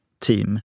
team